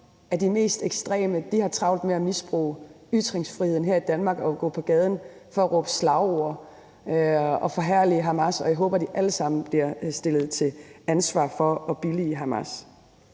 de mest ekstreme har travlt med at misbruge ytringsfriheden her i Danmark og gå på gaden for at råbe slagord og forherlige Hamas, og jeg håber, at de alle sammen bliver stillet til ansvar for at billige Hamas.